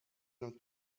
now